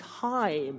time